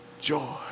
joy